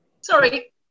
Sorry